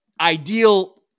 ideal